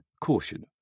Caution